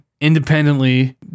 independently